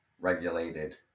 regulated